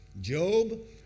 Job